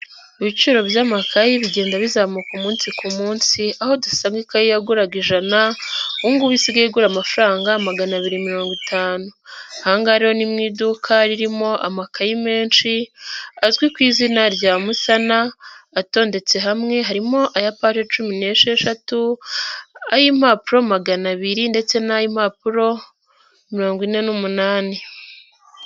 Ibiciro by'amakayi bigenda bizamuka umunsi ku munsi aho dusanga ikayi yaguraraga ijana ubu isigaye igura amafaranga magana abiri mirongo itanu, aha ngaha rero ni mu iduka ririmo amakayi menshi azwi ku izina rya musana atondetse hamwe harimo aya paje cumi n'esheshatu, ay'impapuro magana abiri ndetse n'ay'impapuro mirongo ine n'umunani.